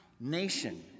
nation